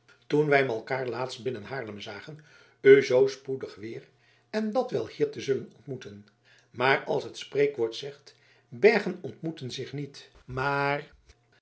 toen wij malkaar laatst binnen haarlem zagen u zoo spoedig weer en dat wel hier te zullen ontmoeten maar als het spreekwoord zegt bergen ontmoeten zich niet maar